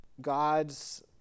God's